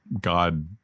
God